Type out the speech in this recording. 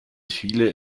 viele